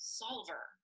solver